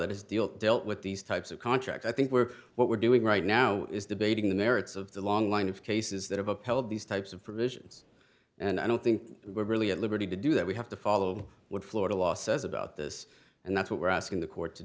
that is deal dealt with these types of contract i think we're what we're doing right now is debating the merits of the long line of cases that have upheld these types of provisions and i don't think we're really at liberty to do that we have to follow what florida law says about this and that's what we're asking the court to